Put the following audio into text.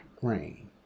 grain